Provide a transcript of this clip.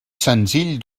senzill